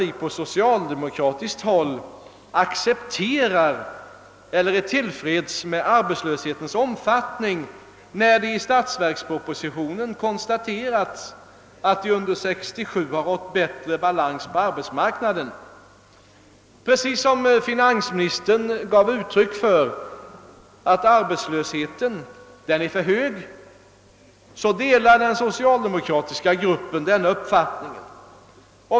Att det i statsverkspropositionen konstateras, att det under 1967 har rått bättre balans på arbetsmarknaden än tidigare, skall inte tas till intäkt för att vi på socialdemokratiskt håll accepterar eller är tillfredsställda med arbetslöshetens omfattning. Finansministern gav ju uttryck för åsikten att arbetslösheten är för stor, och den socialdemokratiska gruppen delar denna uppfattning.